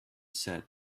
said